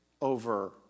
over